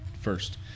first